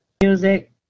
Music